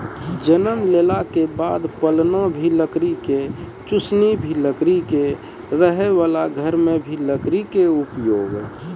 जन्म लेला के बाद पालना भी लकड़ी के, चुसनी भी लकड़ी के, रहै वाला घर मॅ भी लकड़ी के उपयोग